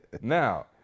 Now